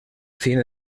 cine